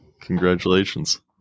Congratulations